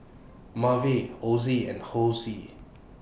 Maeve Ozzie and Hosie